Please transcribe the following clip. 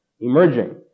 emerging